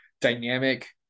dynamic